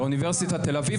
באוניברסיטת תל אביב,